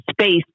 space